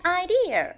idea